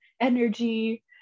energy